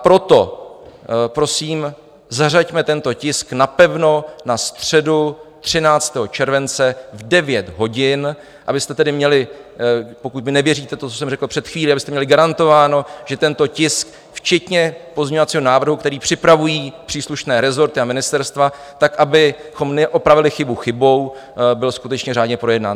Proto prosím, zařaďme tento tisk napevno na středu 13. července 2022 v 9 hodin, abyste tedy měli, pokud mi nevěříte to, co jsem řekl před chvílí, abyste měli garantováno, že tento tisk včetně pozměňovacího návrhu, který připravují příslušné resorty a ministerstva, tak abychom neopravili chybu chybou, byl skutečně řádně projednán.